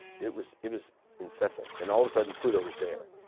it was it was incessant. and all of a sudden pluto was there.